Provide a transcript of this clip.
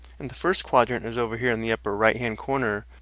and the first quadrant is over here in the upper right hand corner.